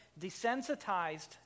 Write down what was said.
desensitized